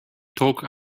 talk